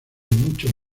mucho